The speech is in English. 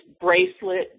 bracelet